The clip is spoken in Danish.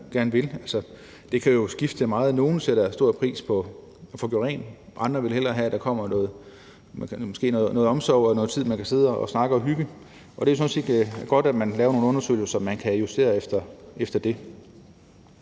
gerne vil. Det kan jo skifte meget. Nogle sætter stor pris på at få gjort rent; andre vil hellere have, at der måske kommer noget omsorg og noget tid til, at man kan sidde og snakke og hygge. Og det er sådan set godt, at man laver nogle undersøgelser, så man kan justere det efter det.